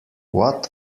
what